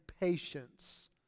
patience